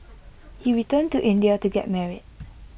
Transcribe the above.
he returned to India to get married